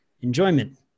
enjoyment